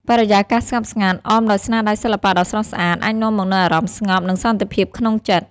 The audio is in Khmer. បរិយាកាសស្ងប់ស្ងាត់ អមដោយស្នាដៃសិល្បៈដ៏ស្រស់ស្អាត អាចនាំមកនូវអារម្មណ៍ស្ងប់ និងសន្តិភាពក្នុងចិត្ត។